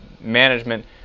management